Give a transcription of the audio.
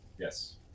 Yes